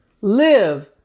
live